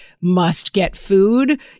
must-get-food